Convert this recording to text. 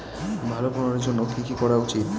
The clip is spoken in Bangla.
ভালো ফলনের জন্য কি কি করা উচিৎ?